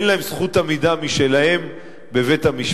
אין להם זכות עמידה משלהם בבית-המשפט.